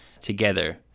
together